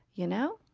you know,